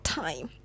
time